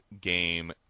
game